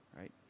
Right